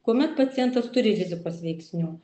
kuomet pacientas turi rizikos veiksnių